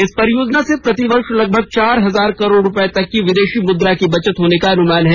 इस परियोजना से प्रतिवर्ष लगभग चार हजार करोड़ रुपये तक की विदेशी मुद्रा की बचत होने का अनुमान है